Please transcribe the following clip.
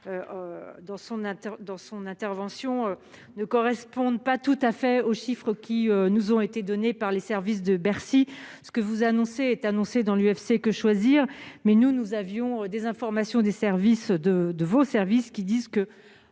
dans son intervention ne correspondent pas tout à fait aux chiffres qui nous ont été données par les services de Bercy, ce que vous annoncez est annoncé dans l'UFC que choisir, mais nous, nous avions des informations des services de de vos services qui disent que